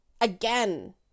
again